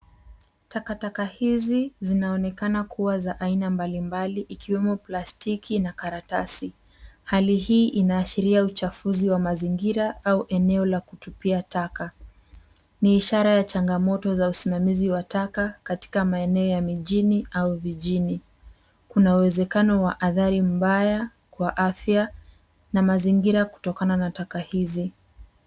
Takataka hizi zinaonekana kua za aina mbalimbali ikiwemo plastiki na karatasi. Hali hii inaashiria uchafuzi wa mazingira au eneo la kutupia taka. Ni ishara ya changamoto za usimamizi wa taka katika maeneo ya mijini au vijini. Kuna uwezekano wa athari mbaya kwa afya na mazingira kutokana na taka hizi.